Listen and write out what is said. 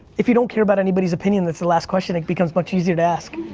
if you don't care about anybody's opinion, that's the last question, it becomes much easier to ask.